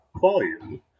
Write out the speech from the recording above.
volume